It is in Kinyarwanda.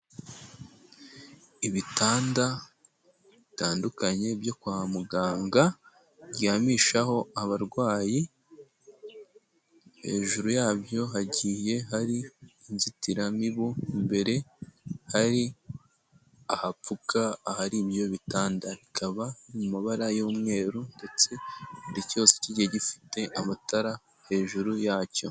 Ibitanda bitandukanye byo kwa muganga, baryamishaho abarwayi, hejuru yabyo hagiye hari inzitiramibu, imbere hari ahapfuka ahari ibyo bitanda, bikaba mu mabara y'umweru ndetse buri cyose kigiye gifite amatara hejuru yacyo.